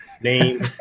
name